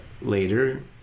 later